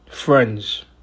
Friends